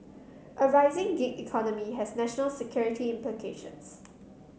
a rising gig economy has national security implications